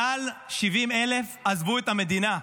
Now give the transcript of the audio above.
מעל 70,000 עזבו את המדינה.